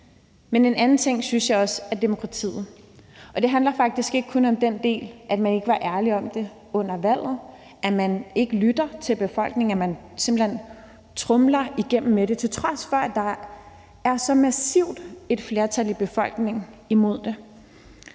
Desuden synes jeg, at det handler om demokratiet, og ikke kun, i forhold til at man ikke var ærlige om det under valget, og at man ikke lytter til befolkningen; at man simpelt hen tromler igennem med det, til trods for at der er et så massivt flertal i befolkningen imod det.